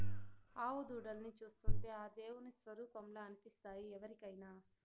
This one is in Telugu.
ఆవు దూడల్ని చూస్తుంటే ఆ దేవుని స్వరుపంలా అనిపిస్తాయి ఎవరికైనా